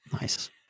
Nice